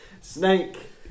Snake